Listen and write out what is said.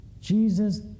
Jesus